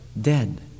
dead